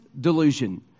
delusion